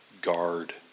guard